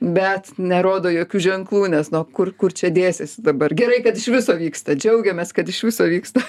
bet nerodo jokių ženklų nes na o kur kur čia dėsiesi dabar gerai kad iš viso vyksta džiaugiamės kad iš viso vyksta